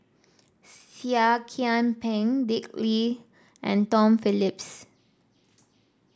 Seah Kian Peng Dick Lee and Tom Phillips